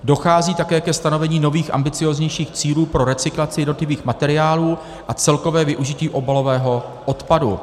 Dochází také ke stanovení nových, ambicióznějších cílů pro recyklaci jednotlivých materiálů a celkové využití obalového odpadu.